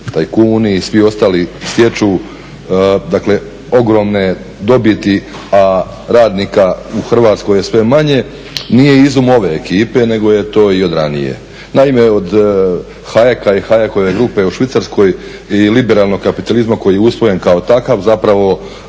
tajkuni i svi ostali stječu dakle ogromne dobiti a radnika u Hrvatskoj je sve manje, nije izum ove ekipe nego je to i od ranije. Naime, od Hajeka i Hajekove grupe u Švicarskoj i liberalnog kapitalizma koji je usvojen kao takav zapravo